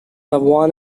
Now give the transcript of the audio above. one